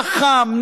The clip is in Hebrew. חכם,